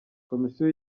komisiyo